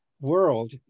world